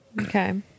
Okay